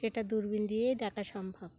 সেটা দূরবীন দিয়েই দেখা সম্ভব